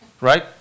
right